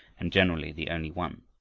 and generally the only one.